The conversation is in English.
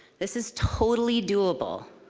this is totally doable.